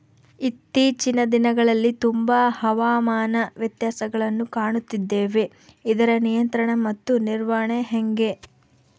ಇತ್ತೇಚಿನ ದಿನಗಳಲ್ಲಿ ತುಂಬಾ ಹವಾಮಾನ ವ್ಯತ್ಯಾಸಗಳನ್ನು ಕಾಣುತ್ತಿದ್ದೇವೆ ಇದರ ನಿಯಂತ್ರಣ ಮತ್ತು ನಿರ್ವಹಣೆ ಹೆಂಗೆ?